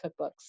cookbooks